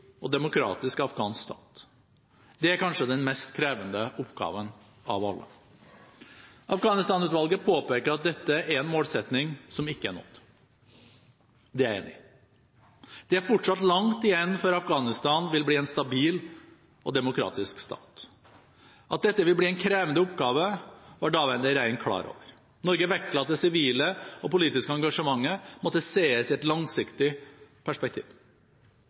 og demokratisk afghansk stat. Det er kanskje den mest krevende oppgaven av alle. Afghanistan-utvalget påpeker at dette er en målsetting som ikke er nådd. Det er jeg enig i. Det er fortsatt langt igjen før Afghanistan vil bli en stabil og demokratisk stat. At dette ville bli en krevende oppgave, var daværende regjering klar over. Norge vektla at det sivile og politiske engasjementet måtte ses i et langsiktig perspektiv.